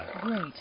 Great